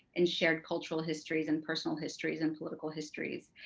and shared cultural histories and personal histories and political histories,